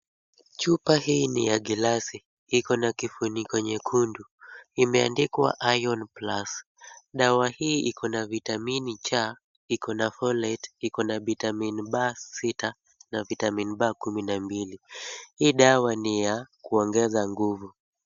Chupa hii ni ya glasi .Iko na kifuniko nyekundu. Imeandikwa Iron plus . Dawa hii iko na vitamin C , iko na folate , iko na vitamin B6 na vitamin B12 . Hii dawa ni ya kuongeza nguvu.